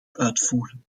uitvoeren